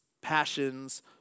passions